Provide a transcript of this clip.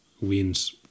wins